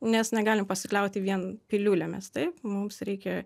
nes negalim pasikliauti vien piliulėmis taip mums reikia